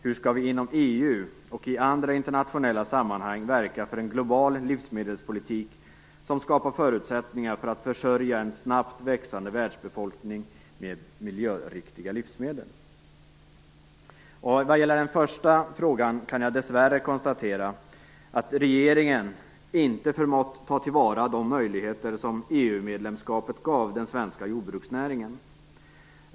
Hur skall vi inom EU och i andra internationella sammanhang verka för en global livsmedelspolitik som skapar förutsättningar för att försörja en snabbt växande världsbefolkning med miljöriktiga livsmedel? Vad gäller den första frågan kan jag dessvärre konstatera att regeringen inte förmått ta till vara de möjligheter som EU-medlemskapet gav den svenska jordbruksnäringen.